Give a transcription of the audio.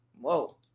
Whoa